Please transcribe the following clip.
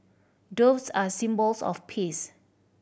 doves are symbols of peace